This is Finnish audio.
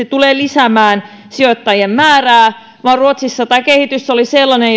tule lisäämään sijoittajien määrää vaan ruotsissa kehitys oli sellainen